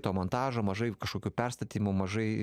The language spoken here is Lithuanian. to montažo mažai kažkokių perstatymų mažai